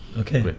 okay, but